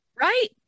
right